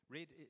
Red